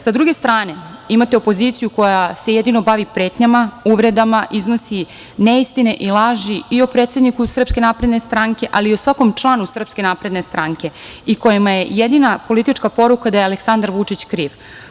S druge strane, imate opoziciju koja se jedino bavi pretnjama, uvredama, iznosi neistine i laži i o predsedniku SNS, ali i o svakom članu SNS, i kojima je jedina politička poruka da je Aleksandar Vučić kriv.